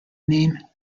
name